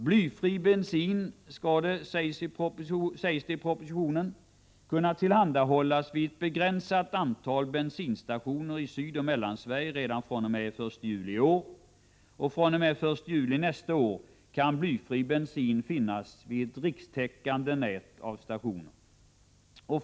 Blyfri bensin skall, sägs det i propositionen, kunna tillhandahållas vid ett begränsat antal bensinstationer i Sydoch Mellansverige redan fr.o.m. den 1 juliiår. fr.o.m. den 1 juli nästa år kan blyfri bensin finnas vid stationer i ett rikstäckande nät.